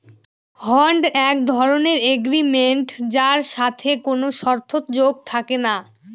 হুন্ড এক ধরনের এগ্রিমেন্ট যার সাথে কোনো শর্ত যোগ থাকে না